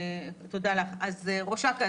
ראש אכ"א,